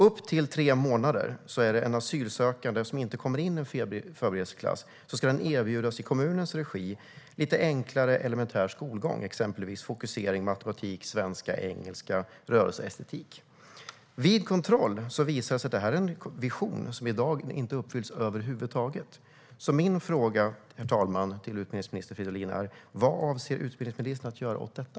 Upp till tre månader ska en asylsökande som inte kommer in i en förberedelseklass erbjudas enklare, elementär skolgång i kommunens regi, exempelvis med fokusering på matematik, svenska, engelska och rörelseestetik. Vid kontroll visar det sig att det är en vision som i dag inte uppfylls över huvud taget. Min fråga, herr talman, till utbildningsminister Fridolin är: Vad avser utbildningsministern att göra åt detta?